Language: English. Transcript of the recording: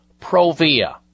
Provia